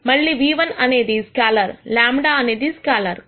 మళ్లీ ν₁ అనేది స్కేలర్ λ అనేది స్కేలర్